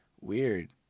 weird